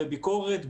בביקורת,